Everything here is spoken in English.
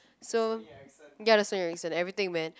so ya the Sony Ericsson everything man